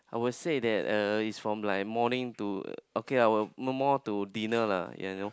I would say that uh it's from like morning to okay lah well more more to dinner lah you know